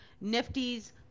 Nifty's